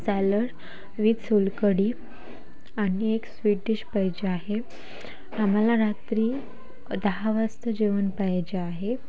salad with solkadhi आणि एक sweet dish पाहिजे आहे आम्हाला रात्री दहा वाजता जेवण पाहिजे आहे